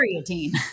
creatine